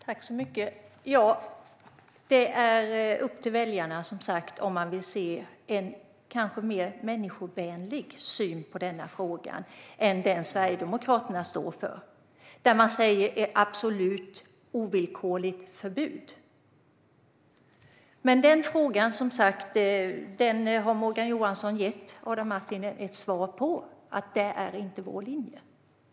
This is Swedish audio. Herr talman! Ja, det är upp till väljarna om de vill ha en kanske mer människovänlig syn på denna fråga än den som Sverigedemokraterna står för, när man talar om ett absolut, ovillkorligt förbud. Men i den frågan har Morgan Johansson som sagt gett Adam Marttinen ett svar: Det är inte vår linje.